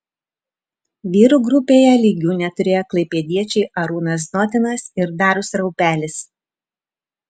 vyrų grupėje lygių neturėjo klaipėdiečiai arūnas znotinas ir darius raupelis